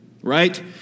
Right